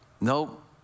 Nope